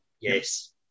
Yes